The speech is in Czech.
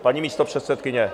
Paní místopředsedkyně?